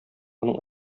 моның